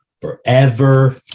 forever